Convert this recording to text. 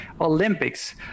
Olympics